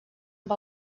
amb